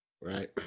right